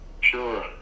Sure